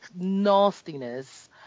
nastiness